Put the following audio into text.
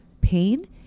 pain